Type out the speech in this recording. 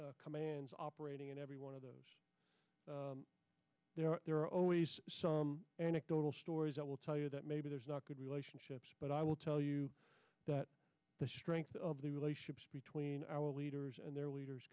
joint commands operating in every one of those there are there are always anecdotal stories that will tell you that maybe there's not good relationships but i will tell you that the strength of the relationship between our leaders and their leaders